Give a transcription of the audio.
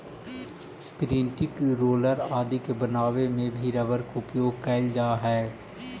printing roller आदि बनावे में भी रबर के उपयोग कैल जा हइ